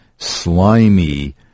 slimy